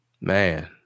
Man